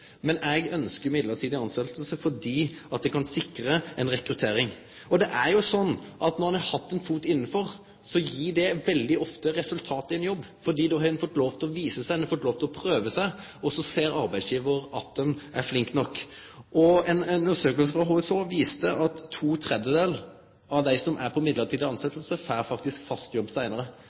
Men eg ønskjer midlertidige tilsetjingar fordi det kan sikre ei rekruttering. Det er jo sånn at når ein har hatt ein fot innafor, resulterer det ofte i ein jobb, for då har ein fått lov til å vise seg, ein har fått lov til å prøve seg, og så ser arbeidsgjevar at ein er flink nok. Ei undersøking frå HSH viste at to tredelar av dei som er på midlertidig tilsetjing, får fast jobb seinare.